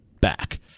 back